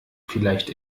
vielleicht